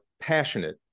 passionate